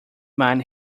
mine